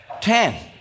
Ten